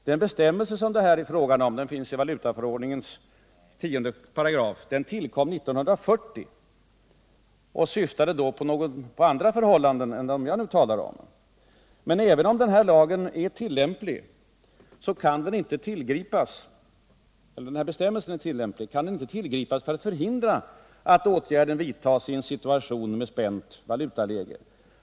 Den bestämmelse som det här är fråga om finns i valutaförordningens 10 §, som tillkom 1940 och som avsåg att reglera andra förhållanden än de jag nu talar om. Men även om denna lagbestämmelse är tillämplig kan den inte tillgripas för att förhindra att sådana åtgärder vidtas i en situation med ett spänt valutaläge.